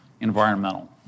environmental